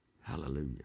Hallelujah